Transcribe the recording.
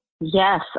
Yes